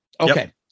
Okay